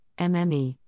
mme